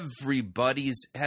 everybody's